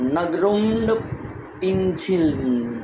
नगरोंड पिन्झील